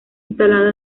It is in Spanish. instalado